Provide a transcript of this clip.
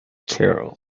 carol